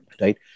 Right